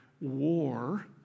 war